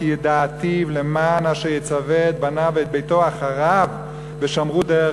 "כי ידעתיו למען אשר יצוה את בניו ואת ביתו אחריו ושמרו דרך